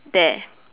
there